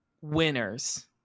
winners